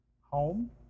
home